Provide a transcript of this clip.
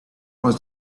was